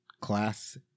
class